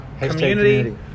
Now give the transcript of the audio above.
community